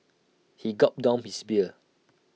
he gulped down his beer